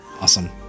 Awesome